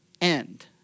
end